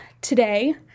today